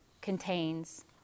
contains